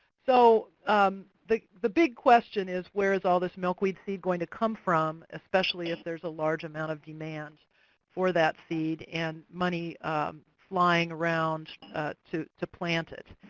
so um the the big question is where's all this milkweed seed going to come from, especially if there's a large amount of demand for that seed and money flying around to to plant it?